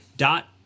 dot